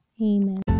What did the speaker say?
Amen